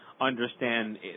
understand